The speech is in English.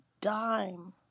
dime